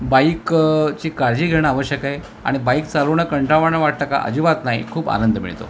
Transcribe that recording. बाईकची काळजी घेणं आवश्यक आहे आणि बाईक चालवणं कंटाळवाणं वाटत का अजिबात नाही खूप आनंद मिळतो